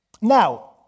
Now